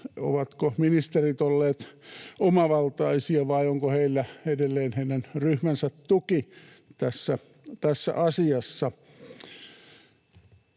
Ovatko ministerit olleet omavaltaisia, vai onko heillä edelleen heidän ryhmänsä tuki tässä asiassa?